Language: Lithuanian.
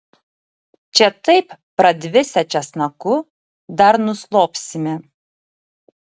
čia taip pradvisę česnaku dar nuslopsime